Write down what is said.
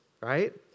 right